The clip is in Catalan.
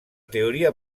teoria